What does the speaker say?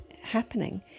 happening